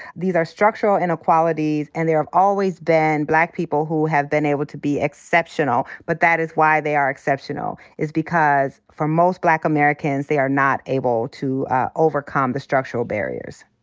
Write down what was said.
these are structural inequalities. and there have always been black people who have been able to be exceptional. but that is why they are exceptional, is because, for most black americans, they are not able to overcome the structural barriers.